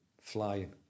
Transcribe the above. flying